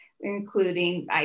including